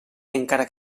encara